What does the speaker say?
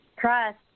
trust